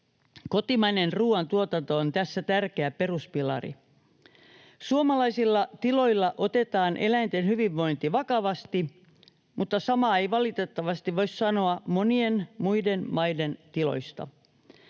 Kotimainen ruuantuotanto on tässä tärkeä peruspilari. Suomalaisilla tiloilla otetaan eläinten hyvinvointi vakavasti, mutta samaa ei valitettavasti voi sanoa monien muiden maiden tiloista.